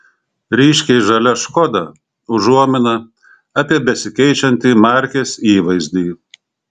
ryškiai žalia škoda užuomina apie besikeičiantį markės įvaizdį